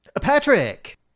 Patrick